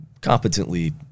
Competently